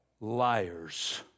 liars